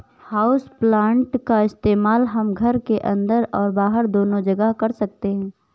houseplant का इस्तेमाल हम घर के अंदर और बाहर दोनों जगह कर सकते हैं